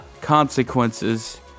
consequences